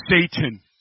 Satan